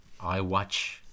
iWatch